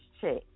check